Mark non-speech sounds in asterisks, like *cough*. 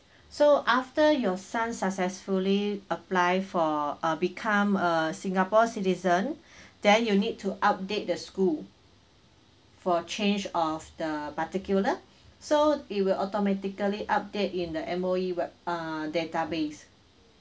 so after your son successfully apply for uh become a singapore citizen *breath* then you need to update the school for change of the particular so it will automatically update in the M_O_E web~ ah database